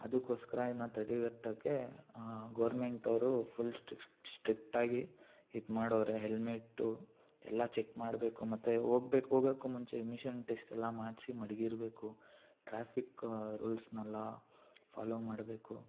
ಅದಕೋಸ್ಕರ ಇದನ್ನ ತಡೆಗಟ್ಟೋಕ್ಕೆ ಗೋರ್ಮೆಂಟವರು ಫುಲ್ ಸ್ಟ್ರಿಕ್ಟಾಗಿ ಇದು ಮಾಡೋರೆ ಹೆಲ್ಮೆಟ್ಟು ಎಲ್ಲ ಚೆಕ್ ಮಾಡಬೇಕು ಮತ್ತು ಹೋಗ್ಬೇಕು ಹೋಗಕ್ಕು ಮುಂಚೆ ಎಮಿಷನ್ ಟೆಸ್ಟೆಲ್ಲ ಮಾಡಿಸಿ ಮಡಗಿರ್ಬೇಕು ಟ್ರಾಫಿಕ್ ರೂಲ್ಸನ್ನೆಲ್ಲ ಫಾಲೋ ಮಾಡಬೇಕು